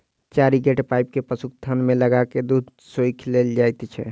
चारि गोट पाइप के पशुक थन मे लगा क दूध सोइख लेल जाइत छै